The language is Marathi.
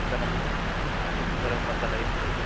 गरम ओके गरम मसाला एक ओके